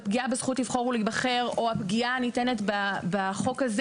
הפגיעה בזכות לבחור או להיבחר או הפגיעה הנטענת בחוק הזה